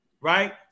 right